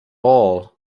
all